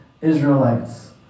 Israelites